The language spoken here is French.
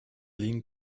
ligne